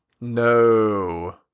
No